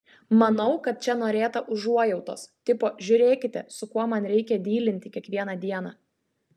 manau kad čia norėta užuojautos tipo žiūrėkite su kuo man reikia dylinti kiekvieną dieną